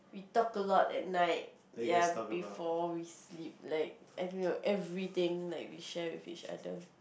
talk a lot at night ya before we sleep like I don't know everything like we share with each other